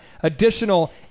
additional